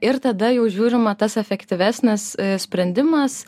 ir tada jau žiūrima tas efektyvesnis sprendimas